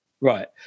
Right